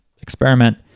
experiment